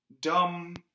dumb